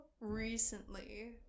recently